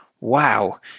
wow